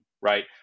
right